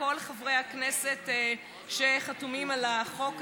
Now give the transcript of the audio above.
לכל חברי הכנסת שחתומים על החוק הזה,